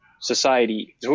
society –